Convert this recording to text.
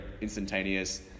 instantaneous